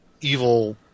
evil